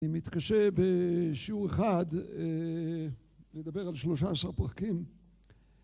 אני מתקשה בשיעור אחד לדבר על 13 פרקים